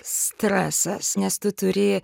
stresas nes tu turi